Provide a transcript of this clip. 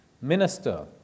minister